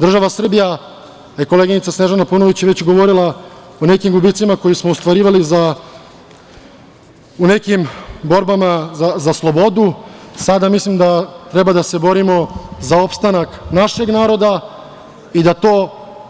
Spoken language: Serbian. Država Srbija, koleginica Snežana Paunović je već govorila o nekim gubicima koje smo ostvarivali u nekim borbama za slobodu, sada mislim da treba da se borimo za opstanak našeg naroda i da to